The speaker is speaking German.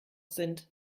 sind